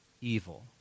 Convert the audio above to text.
evil